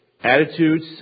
attitudes